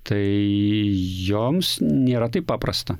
tai joms nėra taip paprasta